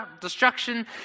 destruction